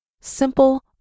simple